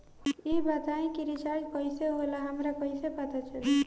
ई बताई कि रिचार्ज कइसे होला हमरा कइसे पता चली?